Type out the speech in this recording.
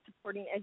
supporting